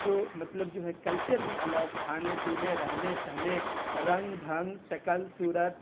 جو مطلب جو ہے کلچر بھی الگ کھانے پینے رہنے سہنے رنگ ڈھنگ شکل صورت